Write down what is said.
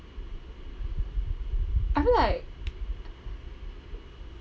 I feel like